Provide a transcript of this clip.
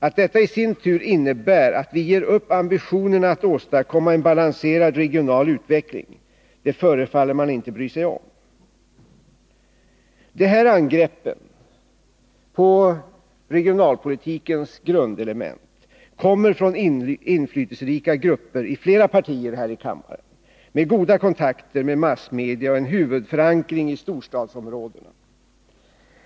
Att detta i sin tur innebär att vi ger upp ambitionerna att åstadkomma en balanserad regional utveckling, det förefaller man inte bry sig om. De här angreppen på regionalpolitikens grundelement kommer från inflytelserika grupper i flera partier med goda kontakter med massmedia och en huvudförankring i storstadsområdena.